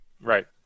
Right